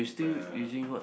computer